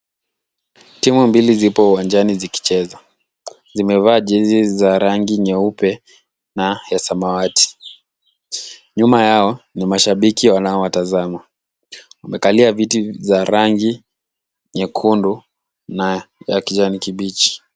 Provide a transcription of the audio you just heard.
Timu mbili zipo uwanjani zikicheza ,zimevaa jezi za rangi nyeupe na ya samawati, nyuma yao ni mashabiki wanaowatazama, wamekalia viti vya rangi nyekundu na ya kijani kibichi.